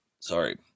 sorry